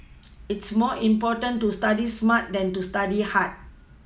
it's more important to study smart than to study hard